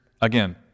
again